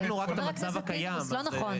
חבר הכנסת פינדרוס, לא נכון.